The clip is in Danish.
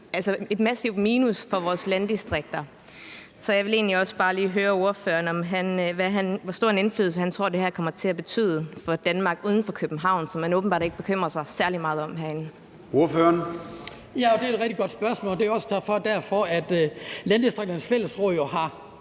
et massivt minus for vores landdistrikter. Så jeg vil egentlig også bare lige høre ordføreren om, hvor stor en indflydelse han tror det her kommer til at have for det Danmark, der er uden for København, som man åbenbart ikke bekymrer sig særlig meget om herinde. Kl. 10:34 Formanden (Søren Gade): Ordføreren. Kl.